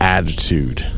Attitude